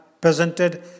presented